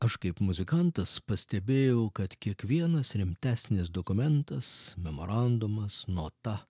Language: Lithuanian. aš kaip muzikantas pastebėjau kad kiekvienas rimtesnis dokumentas memorandumas nota